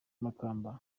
makamba